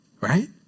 Right